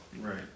right